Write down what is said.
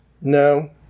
No